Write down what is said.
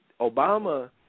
Obama